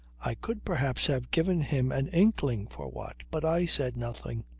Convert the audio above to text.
i could perhaps have given him an inkling for what, but i said nothing.